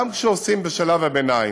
גם כשעושים בשלב הביניים.